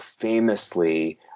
famously